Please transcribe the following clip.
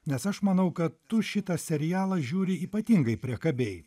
nes aš manau kad tu šitą serialą žiūri ypatingai priekabiai